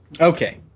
okay